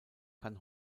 kann